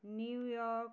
New York